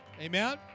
Amen